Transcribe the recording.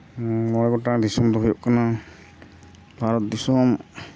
ᱢᱚᱬᱮ ᱜᱚᱴᱟᱱ ᱫᱤᱥᱚᱢ ᱫᱚ ᱦᱩᱭᱩᱜ ᱠᱟᱱᱟ ᱵᱷᱟᱨᱚᱛ ᱫᱤᱥᱚᱢ